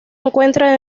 encuentra